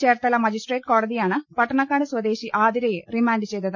Cherthala magistrate കോടതി യാണ് പട്ടണക്കാട് സ്വദേശി ആതിരയെ റിമാന്റ് ചെയ്തത്